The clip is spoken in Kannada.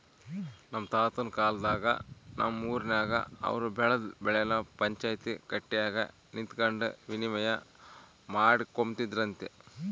ನಮ್ ತಾತುನ್ ಕಾಲದಾಗ ನಮ್ ಊರಿನಾಗ ಅವ್ರು ಬೆಳ್ದ್ ಬೆಳೆನ ಪಂಚಾಯ್ತಿ ಕಟ್ಯಾಗ ನಿಂತಕಂಡು ವಿನಿಮಯ ಮಾಡಿಕೊಂಬ್ತಿದ್ರಂತೆ